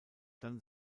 dann